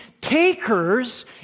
takers